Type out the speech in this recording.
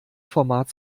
format